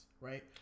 right